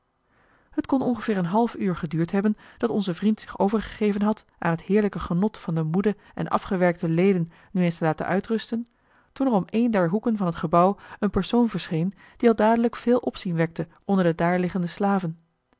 het kon ongeveer een half uur geduurd hebben dat onze vriend zich overgegeven had aan het heerlijke genot van de moede en afgewerkte leden nu eens te laten uitrusten toen er om een der hoeken van het gebouw een persoon verscheen die al dadelijk veel opzien wekte onder de daar liggende slaven